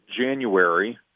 January